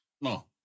No